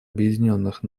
объединенных